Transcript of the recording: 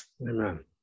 Amen